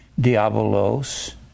diabolos